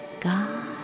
God